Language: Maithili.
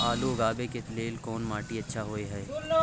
आलू उगाबै के लेल कोन माटी अच्छा होय है?